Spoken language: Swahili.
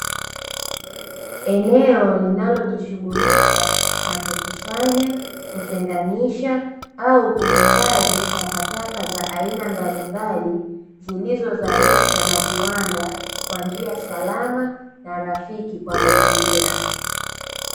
Eneo linalojishughulisha la kukusanya, kutenganisha, au kuhifadhi takataka za aina mbali mbali zilizozalishwa na viwanda kwa njia salama na rafiki kwa mazingira.